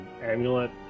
amulet